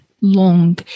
long